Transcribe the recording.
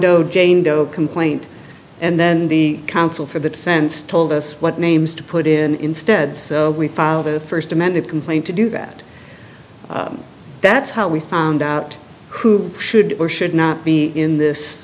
doe jane doe complaint and then the counsel for the defense told us what names to put in instead we filed the first amended complaint to do that that's how we found out who should or should not be in this